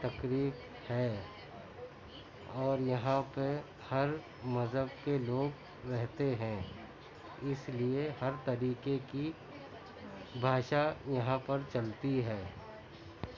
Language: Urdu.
تقریب ہے اور یہاں پہ ہر مذہب کے لوگ رہتے ہیں اس لیے ہر طریقے کی بھاشا یہاں پر چلتی ہے